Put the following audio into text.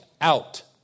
out